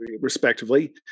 respectively